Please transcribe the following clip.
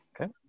Okay